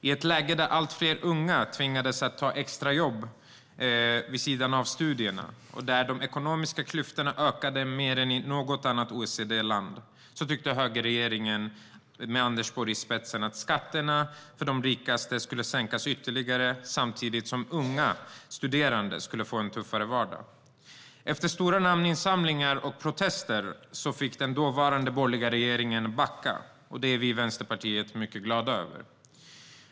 I ett läge där allt fler unga tvingades ta extrajobb vid sidan av studierna och där de ekonomiska klyftorna ökade mer än i något annat OECD-land tyckte högerregeringen med Anders Borg i spetsen att skatterna för de rikaste skulle sänkas ytterligare samtidigt som unga studerande skulle få en tuffare vardag. Efter stora namninsamlingar och protester fick den dåvarande borgerliga regeringen backa. Det är vi i Vänsterpartiet mycket glada över.